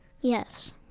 Yes